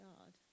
God